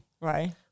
Right